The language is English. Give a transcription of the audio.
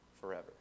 forever